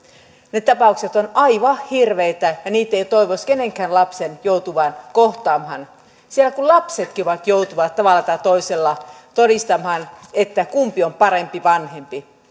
ne tapaukset ovat aivan hirveitä ja niitä ei toivoisi kenenkään lapsen joutuvan kohtaamaan siellä kun lapsetkin joutuvat tavalla tai toisella todistamaan kumpi on parempi vanhempi